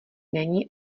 není